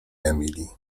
emilii